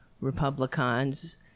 Republicans